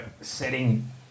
setting